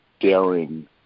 daring